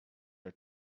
our